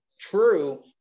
true